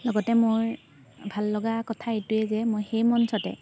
লগতে মোৰ ভাললগা কথা এইটোৱেই যে মই সেই মঞ্চতে